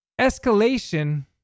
escalation